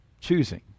choosing